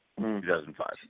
2005